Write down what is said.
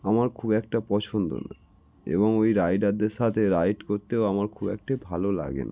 আমার খুব একটা পছন্দ না এবং ওই রাইডারদের সাথে রাইড করতেও আমার খুব একটি ভালো লাগে না